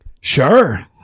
Sure